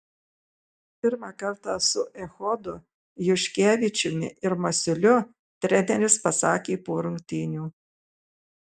pirmą kartą su echodu juškevičiumi ir masiuliu treneris pasakė po rungtynių